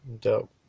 dope